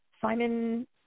Simon